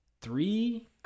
three